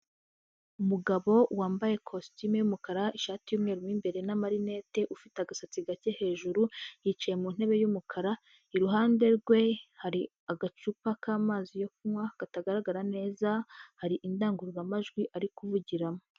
Umugabo wambaye kositime y'umukara, ishati y'umweru mo imbere n'amarinete, ufite agasatsi gake hejuru, yicaye mu ntebe y'umukara, iruhande rwe hari agacupa k'amazi yo kunywa katagaragara neza, hari indangurura majwi ari kuvugiramo.